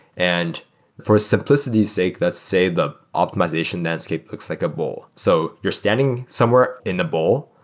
and for simplicity's sake, let's say the optimization landscape looks like a bowl. so you're standing somewhere in the bowl,